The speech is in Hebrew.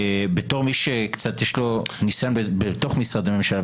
בתור מי שיש לו קצת ניסיון במשרדי הממשלה,